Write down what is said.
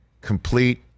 complete